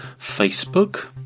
Facebook